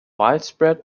widespread